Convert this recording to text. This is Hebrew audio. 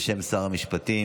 בשם שר המשפטים,